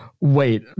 Wait